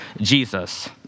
Jesus